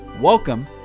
Welcome